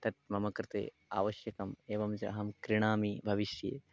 तत् मम कृते आवश्यकम् एवं च अहं क्रीणामि भविष्ये